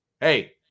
hey